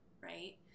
right